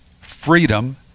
freedom